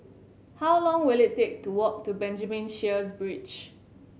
how long will it take to walk to Benjamin Sheares Bridge